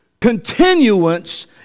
continuance